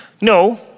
No